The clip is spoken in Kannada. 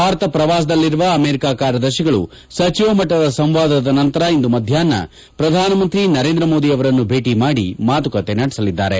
ಭಾರತ ಶ್ರವಾಸದಲ್ಲಿರುವ ಅಮೆರಿಕ ಕಾರ್ಯದರ್ತಿಗಳು ಸಚಿವ ಮಟ್ಟದ ಸಂವಾದದ ನಂತರ ಇಂದು ಮಧ್ಯಾಷ್ನ ಪ್ರಧಾನಮಂತ್ರಿ ನರೇಂದ್ರ ಮೋದಿ ಅವರನ್ನು ಭೇಟ ಮಾಡಿ ಮಾತುಕತೆ ನಡೆಸಲಿದ್ದಾರೆ